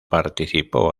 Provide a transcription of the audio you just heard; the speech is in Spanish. participó